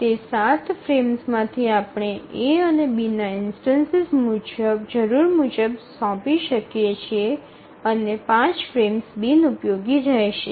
તે ૭ ફ્રેમ્સમાંથી આપણે A અથવા B ના ઇન્સ્ટનસ જરૂર મુજબ સોંપી શકીએ છીએ અને 5 ફ્રેમ્સ બિનઉપયોગી રહેશે